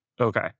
Okay